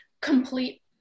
complete